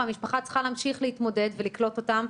והמשפחה צריכה להמשיך להתמודד ולקלוט אותם,